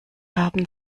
haben